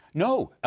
no.